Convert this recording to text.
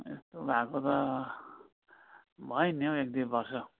यस्तो भाएको त भयो नि एक दुई वर्ष